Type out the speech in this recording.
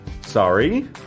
Sorry